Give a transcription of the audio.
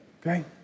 okay